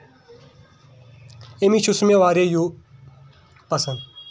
اَمی چھُ مےٚ سُہ واریاہ یوٗ پسنٛد